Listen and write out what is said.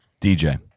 DJ